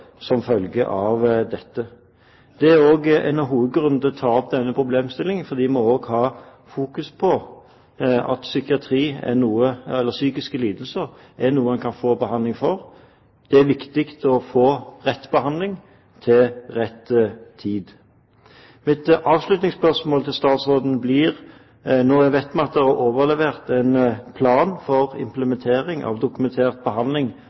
som følge av dette. Dette er også en av hovedgrunnene til å ta opp denne problemstillingen, for vi må også ha fokus på at psykiske lidelser er noe en kan få behandling for. Det er viktig å få rett behandling til rett tid. Nå vet vi at det er overlevert en plan for implementering av dokumentert behandling